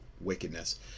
wickedness